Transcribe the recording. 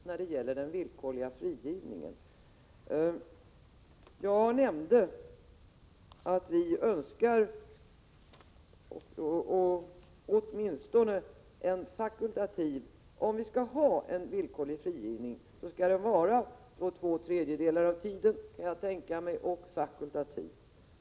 När det gäller den villkorliga frigivningen nämnde jag däremot att vi önskar att den åtminstone skall vara fakultativ, om vi skall ha en villkorlig frigivning, och att den skall gälla efter två tredjedelar av tiden — det kan jag tänka mig.